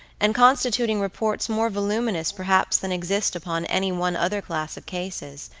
and constituting reports more voluminous perhaps than exist upon any one other class of cases,